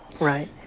Right